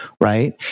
right